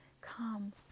come